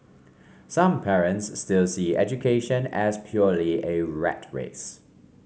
some parents still see education as purely a rat race